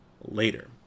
later